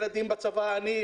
כאן.